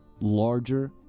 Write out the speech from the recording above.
larger